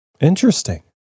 Interesting